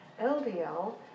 LDL